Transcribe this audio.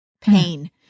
pain